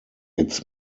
its